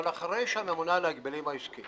אבל אחרי שהממונה על ההגבלים העסקיים